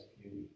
beauty